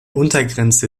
untergrenze